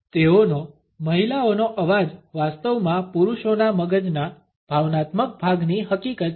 Refer time 2350 તેઓનો મહિલાઓનો અવાજ વાસ્તવમાં પુરુષોના મગજના ભાવનાત્મક ભાગની હકીકત છે